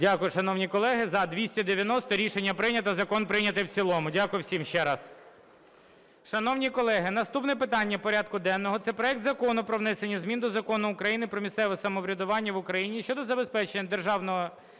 Дякую, шановні колеги. За-290. Рішення прийнято. Закон прийнятий в цілому. Дякую всім ще раз. Шановні колеги, наступне питання порядку денного – це проект Закону про внесення змін до Закону України "Про місцеве самоврядування в Україні" щодо забезпечення додержання